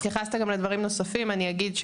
התייחסת גם לדברים נוספים ואני אגיד,